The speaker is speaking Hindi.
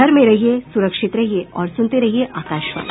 घर में रहिये सुरक्षित रहिये और सुनते रहिये आकाशवाणी